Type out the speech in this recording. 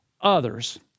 others